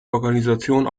organisationen